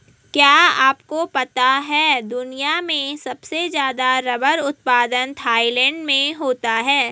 क्या आपको पता है दुनिया में सबसे ज़्यादा रबर उत्पादन थाईलैंड में होता है?